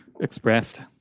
expressed